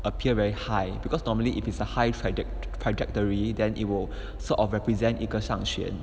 appear very high because normally if it's the high traj~ high trajectory then it will sort of represent 一个上旋